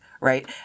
right